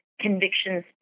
convictions